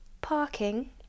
parking